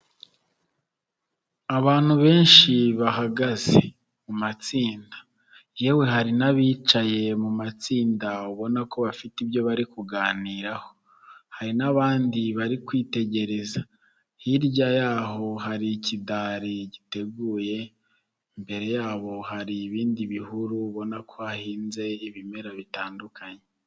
Abantu benshi bahagaze mu matsinda yewe hari n'abicaye mu matsinda ubona ko bafite ibyo bari kuganiraho. Hari n'abandi bari kwitegereza hirya y'aho hari ikidari giteguye, imbere yabo hari ibindi bihuru ubona ko hahinze ibimera bitandukanye.